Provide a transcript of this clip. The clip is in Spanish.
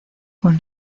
con